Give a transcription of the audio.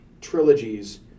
trilogies